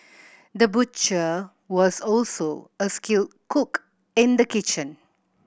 the butcher was also a skilled cook in the kitchen